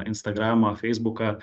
instagramą feisbuką